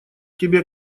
тебе